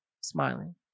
smiling